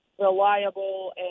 reliable